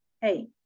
Hey